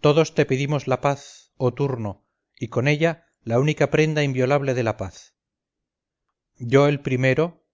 todos te pedimos la paz oh turno y con ella la única prenda inviolable de la paz yo el primero